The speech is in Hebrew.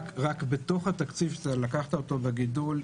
בתוך התקציב שלקחת אותו בגידול,